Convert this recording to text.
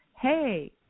Hey